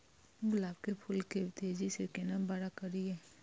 गुलाब के फूल के तेजी से केना बड़ा करिए?